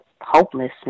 hopelessness